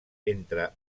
entre